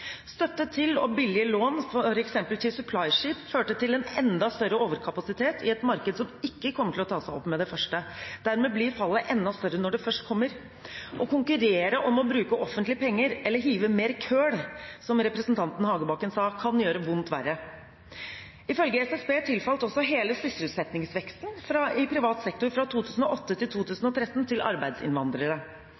og billige lån f.eks. til supplyskip førte til en enda større overkapasitet i et marked som ikke kommer til å ta seg opp med det første. Dermed blir fallet enda større når det først kommer. Å konkurrere om å bruke offentlige penger, eller hive på «mer «køl»», som representanten Hagebakken sa, kan gjøre vondt verre. Ifølge SSB tilfalt også hele sysselsettingsveksten i privat sektor fra 2008 til